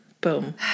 boom